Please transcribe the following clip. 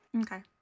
Okay